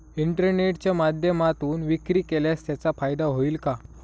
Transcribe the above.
इंटरनेटच्या माध्यमातून विक्री केल्यास त्याचा फायदा होईल का?